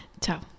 ciao